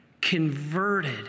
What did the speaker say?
converted